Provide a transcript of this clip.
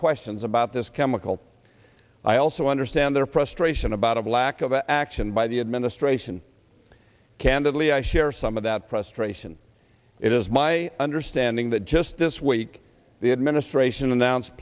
questions about this chemical i also understand their frustration about a lack of action by the administration candidly i share some of that prostration it is my understanding that just this week the administration announced